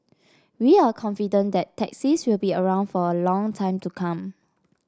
we are confident that taxis will be around for a long time to come